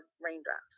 raindrops